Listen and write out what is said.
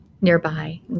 nearby